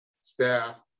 staff